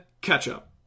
ketchup